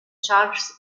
charles